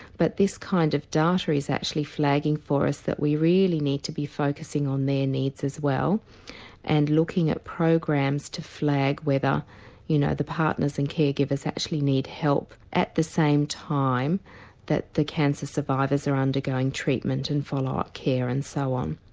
but this kind of data is actually flagging for us that we really need to be focusing on their needs as well and looking at programs to flag whether you know the partners and care givers actually need help at the same time that the cancer survivors are undergoing treatment and follow up care and so on.